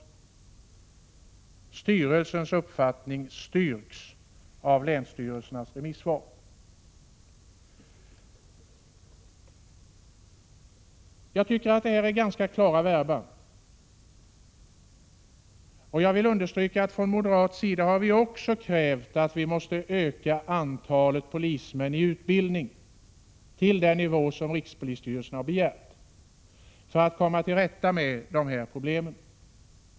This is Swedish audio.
Styrelsens uppfattning styrks av länsstyrelsernas remissvar.” Jag tycker att detta är ganska klara verba. Jag vill understryka att vi från moderat sida också har krävt att antalet polismän i utbildning måste öka till den nivå som rikspolisstyrelsen har begärt för att man skall kunna komma till rätta med dessa problem.